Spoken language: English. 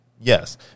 Yes